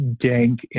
dank